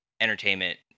entertainment